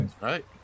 Right